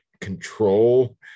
control